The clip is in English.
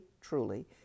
truly